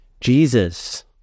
Jesus